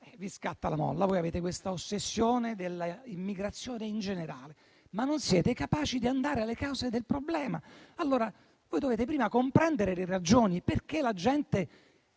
vi scatta la molla: avete questa ossessione dell'immigrazione in generale, ma non siete capaci di andare alle cause del problema. Dovete prima comprendere le ragioni per cui la gente